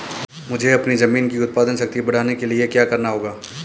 मुझे अपनी ज़मीन की उत्पादन शक्ति बढ़ाने के लिए क्या करना होगा?